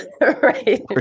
right